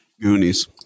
Goonies